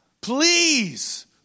Please